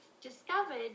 discovered